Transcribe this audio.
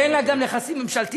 ואין לה גם נכסים ממשלתיים,